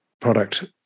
product